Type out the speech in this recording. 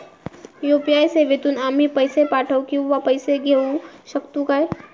UPI सेवेतून आम्ही पैसे पाठव किंवा पैसे घेऊ शकतू काय?